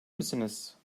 misiniz